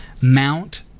mount